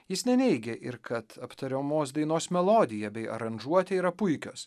jis neneigia ir kad aptariamos dainos melodija bei aranžuotė yra puikios